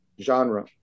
genre